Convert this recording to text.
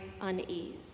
unease